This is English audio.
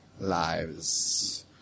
lives